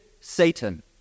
Satan